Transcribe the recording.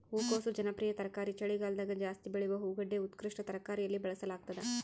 ಹೂಕೋಸು ಜನಪ್ರಿಯ ತರಕಾರಿ ಚಳಿಗಾಲದಗಜಾಸ್ತಿ ಬೆಳೆಯುವ ಹೂಗಡ್ಡೆ ಉತ್ಕೃಷ್ಟ ತರಕಾರಿಯಲ್ಲಿ ಬಳಸಲಾಗ್ತದ